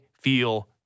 feel